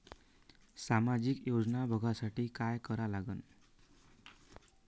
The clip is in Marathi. सामाजिक योजना बघासाठी का करा लागन?